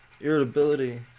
irritability